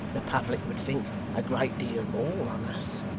the public would think a great deal more on us